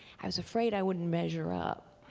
i was afraid i wouldn't measure up.